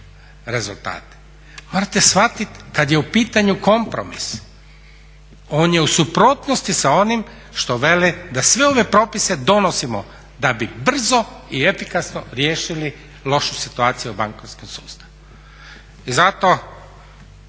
rezultate. Morate shvatiti kada je u pitanju kompromis on je u suprotnosti sa onim što vele da sve ove propise donosimo da bi brzo i efikasno riješili lošu situaciju u bankarskom sustavu. I zato